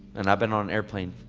and i've been on an airplane,